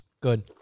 Good